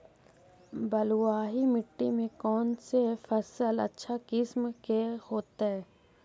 बलुआही मिट्टी में कौन से फसल अच्छा किस्म के होतै?